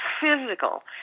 physical